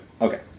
Okay